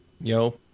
Yo